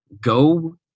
go